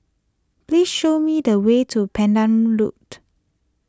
please show me the way to Pandan Loop